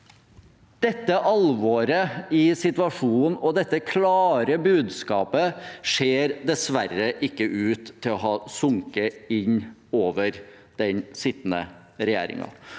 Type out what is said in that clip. Dette alvoret i situasjonen og dette klare budskapet ser dessverre ikke ut til å ha sunket inn over den sittende regjeringen,